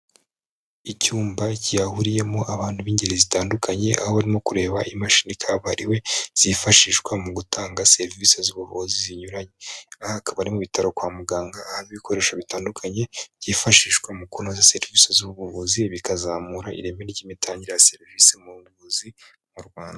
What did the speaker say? Icyumba cyahuriyemo abantu b'ingeri zitandukanye, aho barimo kureba imashini kabuhariwe zifashishwa mu gutanga serivisi z'ubuvuzi zinyuranye, aha akaba ari mu bitaro kwa muganga, ahaba ibikoresho bitandukanye, byifashishwa mu kunoza serivisi z'ubuvuzi, bikazamura ireme ry'imitangire ya serivisi mu buvuzi, mu Rwanda.